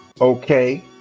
okay